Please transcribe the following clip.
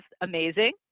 amazing